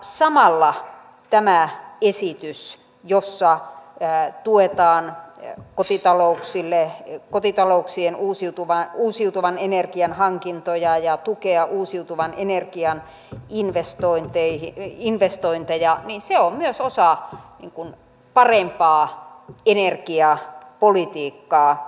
samalla tämä esitys jossa tuetaan kotitalouksien uusiutuvan energian hankintoja ja uusiutuvan energian investointeja on myös osa parempaa energiapolitiikkaa